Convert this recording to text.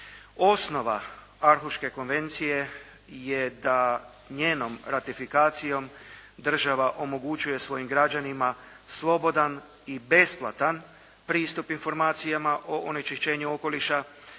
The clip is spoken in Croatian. Osnova Arhuške konvencije je da njenom ratifikacijom država omogućuje svojim građanima slobodan i besplatan pristup informacijama o onečišćenju okoliša,